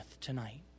tonight